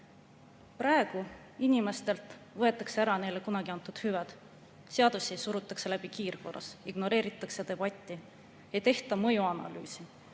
võetakse inimestelt ära neile kunagi antud hüved, seadusi surutakse läbi kiirkorras, ignoreeritakse debatti, ei tehta mõjuanalüüse,